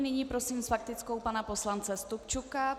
Nyní prosím s faktickou pana poslance Stupčuka.